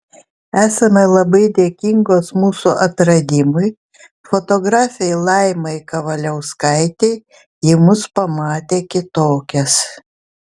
esame labai dėkingos mūsų atradimui fotografei laimai kavaliauskaitei ji mus pamatė kitokias